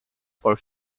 for